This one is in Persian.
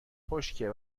خشکه